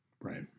right